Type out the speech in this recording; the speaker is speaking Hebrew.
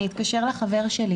אני אתקשר לחבר שלי'